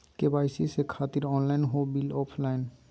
KYC से खातिर online हो बिल ऑफलाइन?